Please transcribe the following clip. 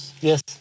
Yes